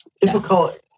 Difficult